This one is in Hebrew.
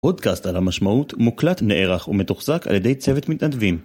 פודקאסט "על המשמעות" מוקלט נערך ומתוחזק על ידי צוות מתנדבים